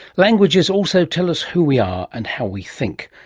languages also tell us who we are and how we think.